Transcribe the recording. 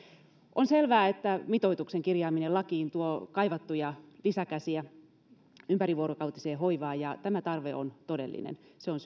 on selvää että mitoituksen kirjaaminen lakiin tuo kaivattuja lisäkäsiä ympärivuorokautiseen hoivaan ja tämä tarve on todellinen se on